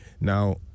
Now